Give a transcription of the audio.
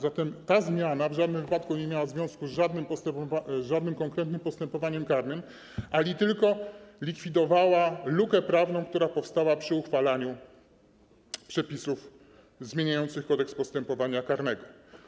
Zatem ta zmiana w żadnym wypadku nie miała związku z żadnym konkretnym postępowaniem karnym, a li tylko likwidowała lukę prawną, która powstała przy uchwalaniu przepisów zmieniających Kodeks postępowania karnego.